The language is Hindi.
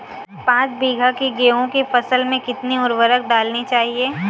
पाँच बीघा की गेहूँ की फसल में कितनी उर्वरक डालनी चाहिए?